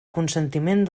consentiment